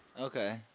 Okay